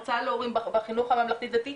הרצאה להורים בחינוך הממלכתי דתי.